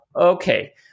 okay